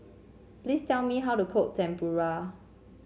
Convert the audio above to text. please tell me how to cook Tempura